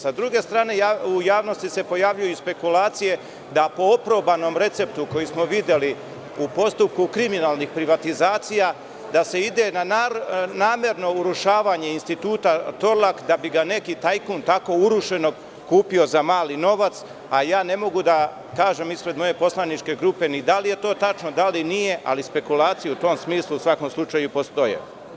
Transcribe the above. Sa druge strane, u javnosti se pojavljuju i spekulacije da po oprobanom receptu, koji smo videli u postupku kriminalnih privatizacija, da se ide na namerno urušavanje Instituta „Torlak“, da bi ga neki tajkun tako urušenog kupio za mali novac, a ja ne mogu da kažem ispred moje poslaničke grupe ni da li je to tačno, da li nije, ali spekulacije u tom smislu, u svakom slučaju postoje.